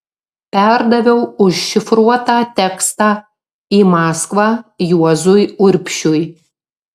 perdaviau užšifruotą tekstą į maskvą juozui urbšiui